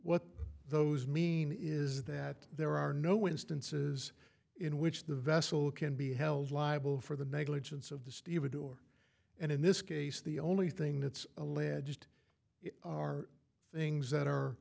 what those mean is that there are no instances in which the vessel can be held liable for the negligence of the stevedore and in this case the only thing that's alleged are things that